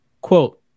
Quote